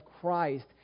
Christ